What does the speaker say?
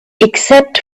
except